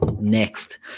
Next